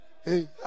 hey